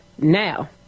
now